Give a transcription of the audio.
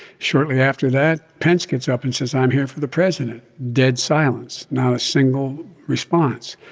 shortly after that, pence gets up and says, i'm here for the president. dead silence not a single response.